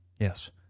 Yes